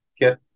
get